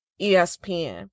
ESPN